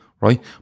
right